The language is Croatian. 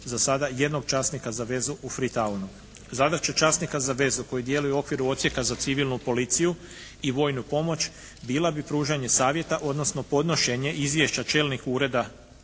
za sada jednog časnika za vezu u free townu. Zadaća časnika za vezu koji djeluje u okviru odsjeka za civilnu policiju i vojnu pomoć bila bi pružanje savjeta, odnosno podnošenje izvješća čelniku ureda